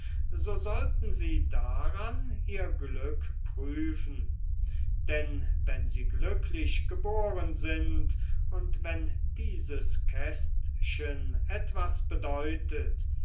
so sollten sie daran ihr glück prüfen denn wenn sie glücklich geboren sind und wenn dieses kästchen etwas bedeutet